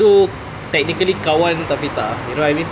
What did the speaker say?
tu technically kawan tak ah you know what I mean